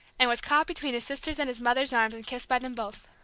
and was caught between his sister's and his mother's arms and kissed by them both.